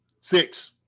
six